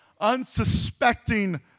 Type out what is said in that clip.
unsuspecting